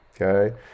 Okay